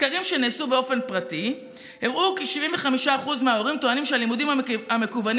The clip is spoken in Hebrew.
סקרים שנעשו באופן פרטי הראו כי 75% מההורים טוענים שהלימודים המקוונים